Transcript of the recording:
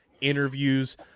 interviews